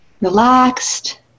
relaxed